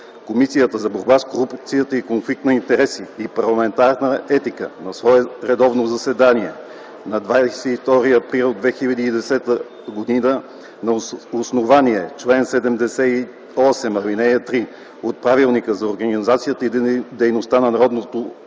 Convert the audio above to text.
Комисията за борба с корупцията и конфликт на интереси и парламентарна етика на свое редовно заседание на 22 април 2010 г., на основание чл. 78, ал. 3 от Правилника за организацията и дейността на Народното събрание,